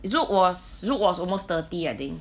Zouk was Zouk was almost thirty I think